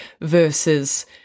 versus